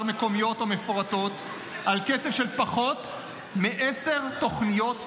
מקומיות ומפורטות על קצב של פחות מעשר תוכניות לשנה,